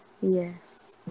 Yes